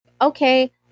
Okay